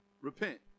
Repent